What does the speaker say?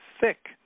thick